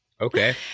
Okay